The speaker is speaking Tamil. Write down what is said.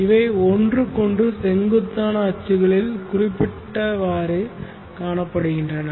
இவை ஒன்றுக்கொன்று செங்குத்தான அச்சுகளில் குறிப்பிட்டவாறு காணப்படுகின்றன